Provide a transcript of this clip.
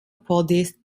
podest